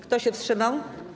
Kto się wstrzymał?